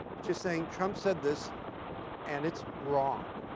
just saying trump said this and it's wrong,